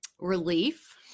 relief